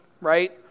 right